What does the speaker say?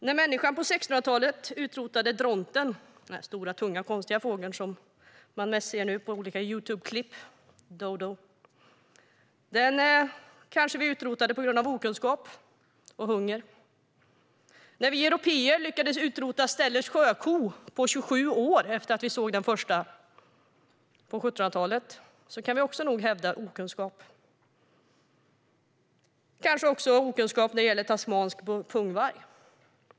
När människan på 1600-talet utrotade dronten - ni vet den där konstiga, tunga fågeln - gjorde man det kanske på grund av okunskap och hunger. När vi européer på 1700-talet utrotade Stellers sjöko, bara 27 år efter att den första sjökon upptäcktes, kan man kanske också hävda okunskap. Detsamma gäller kanske tasmansk pungvarg.